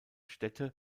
städte